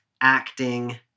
acting